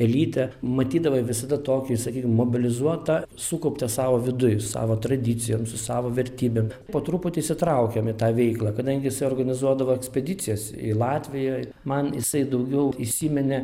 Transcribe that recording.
elyte matydavai visada tokį sakykim mobilizuotą sukauptą savo viduj savo tradicijom su savo vertybėm po truputį įsitraukėm į tą veiklą kadangi jisai organizuodavo ekspedicijas į latviją man jisai daugiau įsiminė